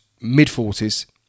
mid-40s